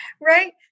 right